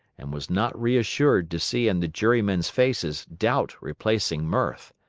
and was not reassured to see in the jurymen's faces doubt replacing mirth.